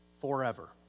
forever